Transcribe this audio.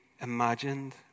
imagined